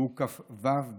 שהוא כ"ו באייר.